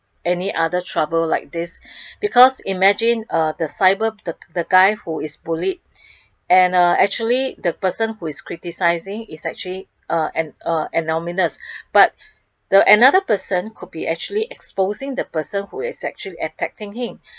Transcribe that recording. any other trouble like this because imagine uh the cyber the the guy who is bullied and uh actually the person who is criticizing is actually uh and uh and anonymous but the another person could be actually exposing the person who is actually attacking him